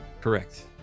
correct